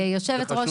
וחשוב שנשמע אותה.